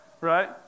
right